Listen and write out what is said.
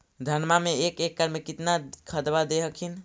धनमा मे एक एकड़ मे कितना खदबा दे हखिन?